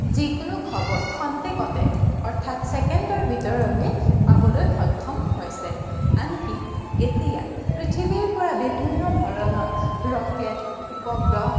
যিকোনো খবৰ ক্ষন্তেকতে অৰ্থাৎ চেকেণ্ডৰ ভিতৰতে পাবলৈ সক্ষম হৈছে আনকি এতিয়া পৃথিৱীৰ পৰা বিভিন্ন ধৰণৰ ৰকেট উপগ্ৰহ